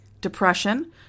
depression